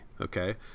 Okay